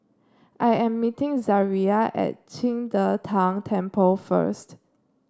I am meeting Zaria at Qing De Tang Temple first